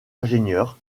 ingénieur